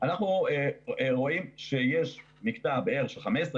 אנחנו רואים שיש מקטע של בערך 15,